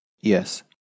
yes